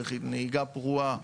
דרך נהיגה פרועה.